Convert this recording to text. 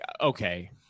okay